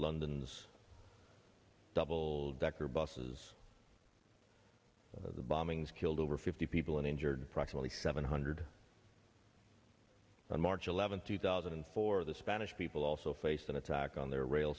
london's double decker buses the bombings killed over fifty people and injured practically seven hundred on march eleventh two thousand and four the spanish people also faced an attack on their rail